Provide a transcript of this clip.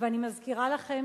ואני מזכירה לכם,